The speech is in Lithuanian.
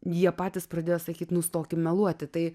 jie patys pradėjo sakyti nustok meluoti tai